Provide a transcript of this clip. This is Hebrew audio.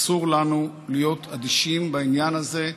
אסור לנו להיות אדישים בעניין הזה.